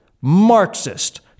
Marxist